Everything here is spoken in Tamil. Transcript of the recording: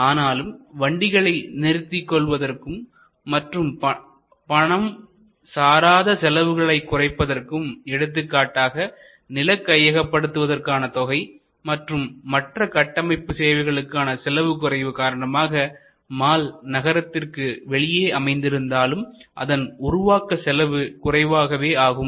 ஆனாலும் வண்டிகளை நிறுத்தி கொள்வதற்கும் மற்ற பணம் சாராத செலவுகளை குறைப்பதற்கும் எடுத்துக்காட்டாக நில கையகப்படுத்துவதற்கான தொகை மற்றும் மற்ற கட்டமைப்பு சேவைகளுக்கான செலவு குறைவு காரணமாக மால் நகரத்திற்கு வெளியே அமைந்திருந்தாலும்அதன் உருவாக்க செலவு குறைவாகவே ஆகும்